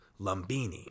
Lumbini